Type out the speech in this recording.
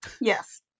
Yes